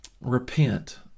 Repent